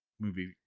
movie